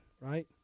right